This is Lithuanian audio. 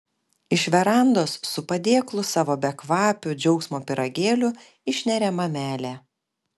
iš verandos su padėklu savo bekvapių džiaugsmo pyragėlių išneria mamelė